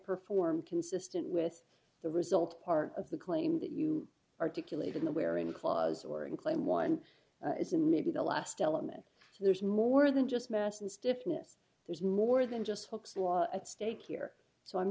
perform consistent with the result part of the claim that you articulate in the wearing clause or in claim one is in maybe the last element so there's more than just mass and stiffness there's more than just looks a lot at stake here so i'm